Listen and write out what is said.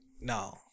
no